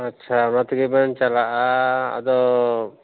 ᱟᱪᱪᱷᱟ ᱚᱱᱟ ᱛᱮᱜᱮᱵᱮᱱ ᱪᱟᱞᱟᱜᱼᱟ ᱟᱫᱚ